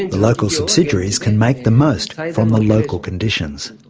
and the local subsidiaries can make the most from the local conditions.